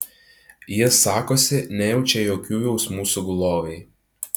jis sakosi nejaučia jokių jausmų sugulovei